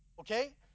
Okay